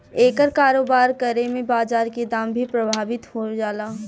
एकर कारोबार करे में बाजार के दाम भी प्रभावित हो जाला